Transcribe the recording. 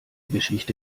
geschichte